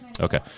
Okay